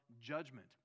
judgment